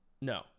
no